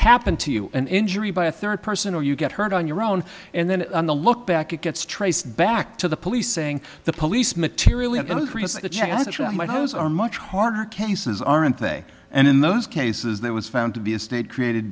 happen to you an injury by a third person or you get hurt on your own and then the look back it gets traced back to the police saying the police material hoes are much harder cases aren't they and in those cases there was found to be a state created